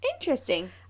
Interesting